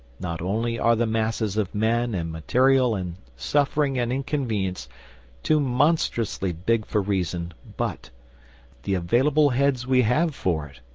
not only are the masses of men and material and suffering and inconvenience too monstrously big for reason, but the available heads we have for it,